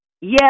Yes